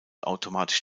automatisch